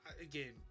Again